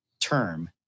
term